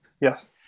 Yes